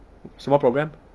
什么 program